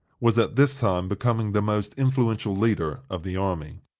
was at this time becoming the most influential leader of the army.